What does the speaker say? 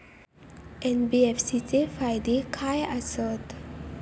NBFC चे फायदे खाय आसत?